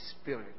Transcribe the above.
Spirit